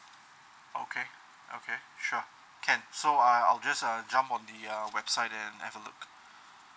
okay okay sure can so I I'll just uh jump on the uh website and have a look